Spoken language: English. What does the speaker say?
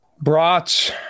Brats